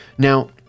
Now